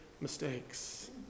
mistakes